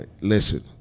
listen